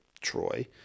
Troy